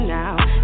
now